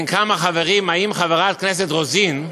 בין כמה חברים, האם חברת הכנסת רוזין,